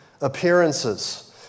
appearances